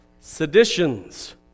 seditions